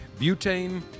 butane